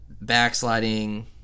backsliding